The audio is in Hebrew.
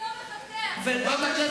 מי שמאמין לא מוותר.